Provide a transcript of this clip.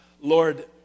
Lord